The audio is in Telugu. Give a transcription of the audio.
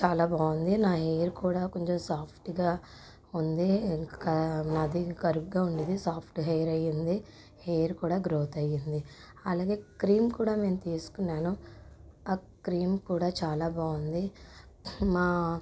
చాలా బాగుంది నా హెయిర్ కూడా కొంచెం సాఫ్ట్గా ఉంది ఇంకా నాది గరుగ్గా ఉండేది సాఫ్ట్ హెయిర్ అయింది హెయిర్ కూడా గ్రోత్ అయింది అలాగే క్రీమ్ కూడా మేం తీసుకున్నాను ఆ క్రీమ్ కూడా చాలా బాగుంది మా